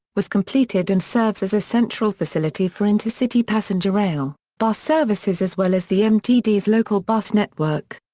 was completed and serves as a central facility for intercity passenger rail, bus services as well as the mtd's local bus network.